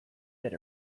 that